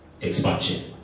Expansion